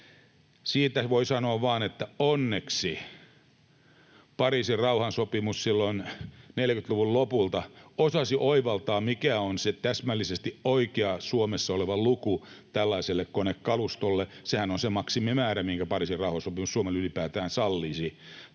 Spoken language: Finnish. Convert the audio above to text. Siitä voi sanoa vain, että onneksi Pariisin rauhansopimus silloin, 40-luvun lopulta, osasi oivaltaa, mikä on se täsmällisesti oikea luku Suomelle tällaiselle konekalustolle. Sehän on se maksimimäärä, minkä Pariisin rauhansopimus Suomella ylipäätään sallisi